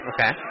Okay